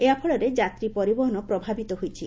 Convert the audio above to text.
ଏହାଫଳରେ ଯାତ୍ରୀ ପରିବହନ ପ୍ରଭାବିତ ହୋଇଛି